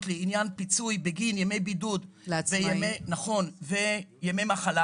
לעניין פיצוי בגין ימי בידוד לעצמאים וימי מחלה,